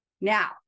Now